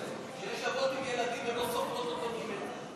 כשיש אבות עם ילדים, הן לא סופרות אותם ממטר.